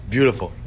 Beautiful